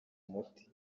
umuti